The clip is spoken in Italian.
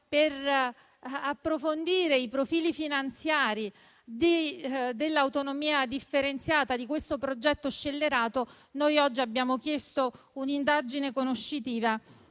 per approfondire i profili finanziari dell'autonomia differenziata di tale progetto scellerato, noi oggi abbiamo chiesto un'indagine conoscitiva